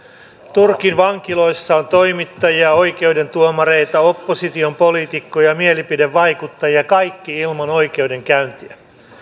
turkin vankiloissa on toimittajia oikeuden tuomareita opposition poliitikkoja ja mielipidevaikuttajia kaikki ilman oikeudenkäyntiä